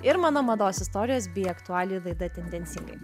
ir mano mados istorijos bei aktualijų laida tendencingai